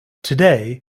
today